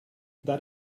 that